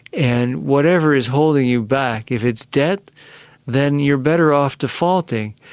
and whatever is holding you back if it's debt then you're better off defaulting.